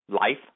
Life